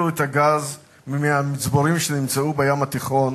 את הגז מהמצבורים שנמצאו בים התיכון,